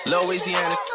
Louisiana